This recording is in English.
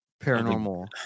paranormal